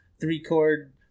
three-chord